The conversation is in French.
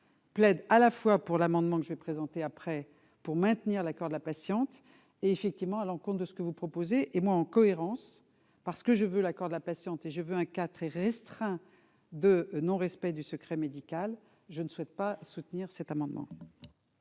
Plaide à la fois pour l'amendement que j'ai présenté après pour maintenir l'accord de la patiente, et effectivement, elle en compte de ce que vous proposez et moi en cohérence, parce que je veux l'accord de la patiente et j'ai vu un cas très restreint de non respect du secret médical, je ne souhaite pas soutenir cet amendement.